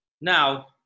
Now